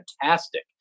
fantastic